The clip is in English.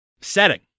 Setting